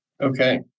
Okay